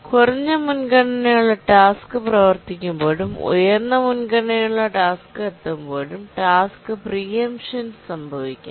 കുറഞ്ഞ മുൻഗണനയുള്ള ടാസ്ക് പ്രവർത്തിക്കുമ്പോഴും ഉയർന്ന മുൻഗണനയുള്ള ടാസ്ക് എത്തുമ്പോഴും ടാസ്ക് പ്രീഎംഷൻ സംഭവിക്കാം